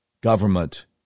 government